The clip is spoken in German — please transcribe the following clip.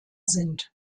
sind